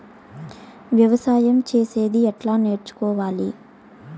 వ్యవసాయం చేసేది ఎట్లా నేర్చుకోవాలి?